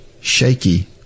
shaky